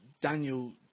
Daniel